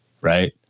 right